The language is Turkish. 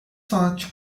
sanatçı